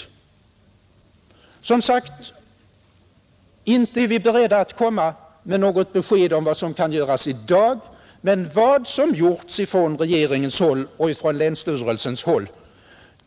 Vi är som sagt inte beredda att komma med något besked om vad som kan göras i dag. Men vad som har gjorts från regeringshåll och från länsstyrelsen